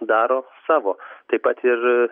daro savo taip pat ir